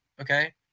Okay